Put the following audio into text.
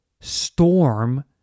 storm